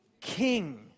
king